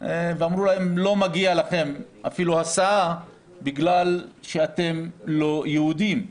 ואמרו להם: לא מגיעה לכם אפילו הסעה בגלל שאתם לא יהודים.